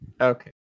Okay